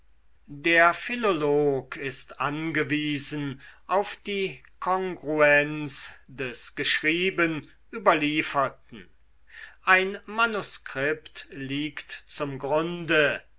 der philolog ist angewiesen auf die kongruenz des geschrieben überlieferten ein manuskript liegt zum grunde